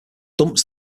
dumps